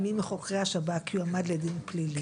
אם מי מחוקרי השב"כ יועמד לדין פלילי,